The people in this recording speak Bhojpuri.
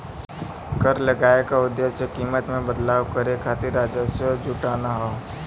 कर लगाये क उद्देश्य कीमत में बदलाव करे खातिर राजस्व जुटाना हौ